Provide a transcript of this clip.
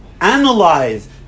analyze